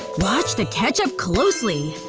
watch the ketchup closely!